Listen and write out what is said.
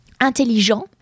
intelligent